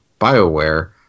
BioWare